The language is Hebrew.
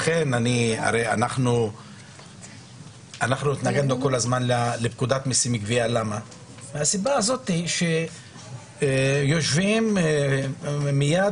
אנחנו התנגדנו כל הזמן לפקודת מסים (גבייה) מהסיבה הזאת שיושבים ומיד